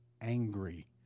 angry